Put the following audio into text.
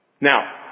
Now